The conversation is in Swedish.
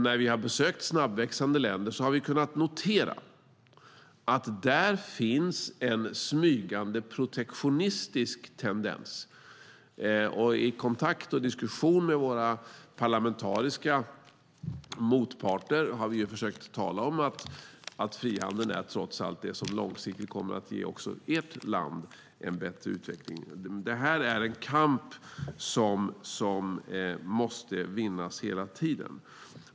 När vi har besökt snabbväxande länder har vi kunnat notera att där finns en smygande protektionistisk tendens. I kontakt och diskussion med våra parlamentariska motparter har vi försökt att tala om att frihandeln trots allt är det som långsiktigt kommer att ge också deras land en bättre utveckling. Detta är en kamp som måste vinnas hela tiden.